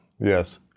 Yes